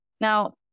Now